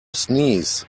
sneeze